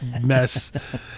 mess